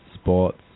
sports